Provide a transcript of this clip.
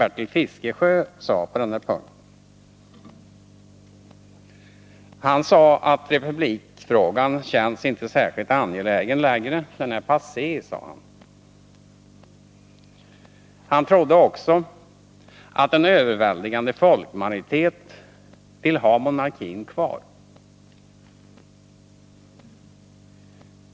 Bertil Fiskesjö sade att republikfrågan inte längre känns särskilt angelägen - den är passé, sade han. Han trodde också att en överväldigande folkmajoritet vill ha monarkin kvar.